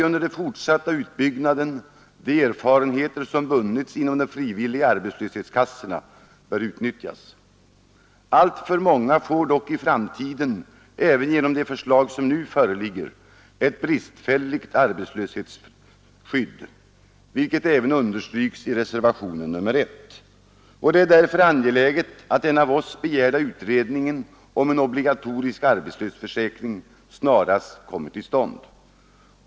Under den fortsatta utbyggnaden av arbetslöshetsförsäkringen bör de erfarenheter som vunnits inom de frivilliga arbetslöshetskassorna utnyttjas. Alltför många får dock i framtiden även med det förslag som nu föreligger ett bristfälligt arbetslöshetsskydd, vilket även understryks i reservation 1. Det är därför angeläget att den av oss begärda utredningen om en obligatorisk arbetslöshetsförsäkring snarast kommer till stånd.